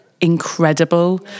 incredible